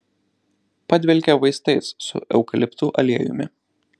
padvelkė vaistais su eukaliptų aliejumi